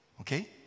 Okay